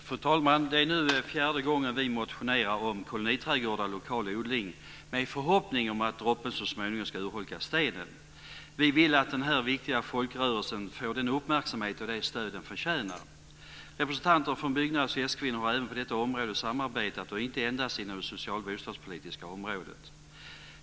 Fru talman! Det är nu fjärde gången vi motionerar om koloniträdgårdar och lokal odling, med förhoppning om att droppen så småningom ska urholka stenen. Vi vill att den här viktiga folkrörelsen får den uppmärksamhet och det stöd den förtjänar. Representanter från Byggnads och S-kvinnor har även på detta område samarbetat och inte endast inom det sociala och bostadspolitiska området.